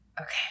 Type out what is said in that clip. Okay